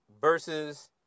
versus